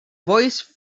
voice